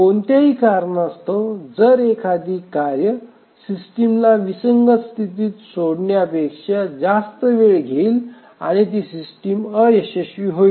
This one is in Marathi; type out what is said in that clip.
कोणत्याही कारणास्तव जर एखादी कार्ये सिस्टमला विसंगत स्थितीत सोडण्यापेक्षा जास्त वेळ घेईल आणि ती सिस्टम अयशस्वी होईल